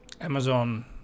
Amazon